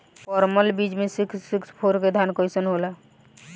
परमल बीज मे सिक्स सिक्स फोर के धान कईसन होला?